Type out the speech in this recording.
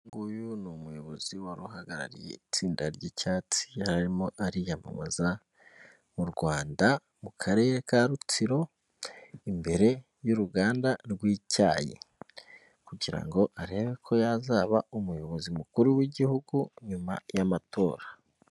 Nguyu ni umuyobozi wari uhagarariye itsinda ry'icyatsi, yarimo ariyamamaza mu Rwanda, mu karere ka Rutsiro imbere y'uruganda rw'icyayi. Kugira ngo arebe ko yazaba umuyobozi mukuru w'igihugu nyuma y'amatora.